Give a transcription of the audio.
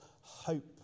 hope